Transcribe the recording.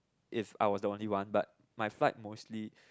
if I was the only one but my flight mostly